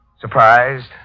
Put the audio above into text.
Surprised